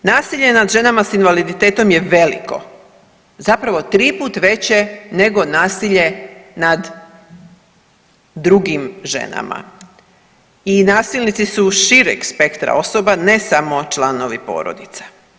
Nasilje nad ženama s invaliditetom je veliko, zapravo triput veće nego nasilje nad drugim ženama i nasilnici su šireg spektra osoba ne samo članovi porodice.